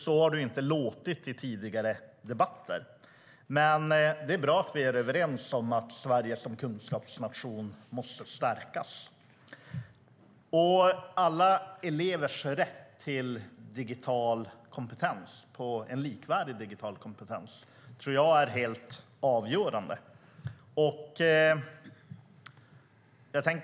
Så har det inte låtit i tidigare debatter. Men det är bra att vi är överens om att Sverige som kunskapsnation måste stärkas. Alla elevers rätt till digital kompetens, likvärdig digital kompetens, är helt avgörande.